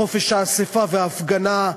בחופש האספה וההפגנה,